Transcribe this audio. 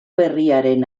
berriaren